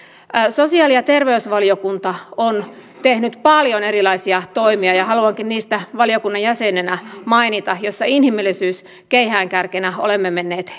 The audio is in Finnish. sosiaali ja terveysvaliokunta on tehnyt paljon erilaisia toimia ja haluankin niistä valiokunnan jäsenenä mainita joissa inhimillisyys keihäänkärkenä olemme menneet